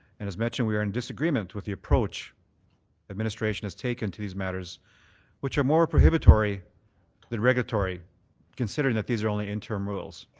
and as mentioned, we are in disagreement with the approach administration has taken to these matters which are more prohibitory than regulatory considering these are only interim rules.